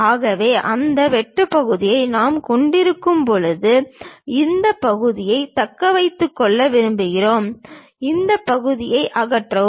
ஆகவே அந்த வெட்டுப் பகுதியை நாம் கொண்டிருக்கும்போது இந்த பகுதியை தக்க வைத்துக் கொள்ள விரும்புகிறோம் இந்த பகுதியை அகற்றவும்